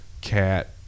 cat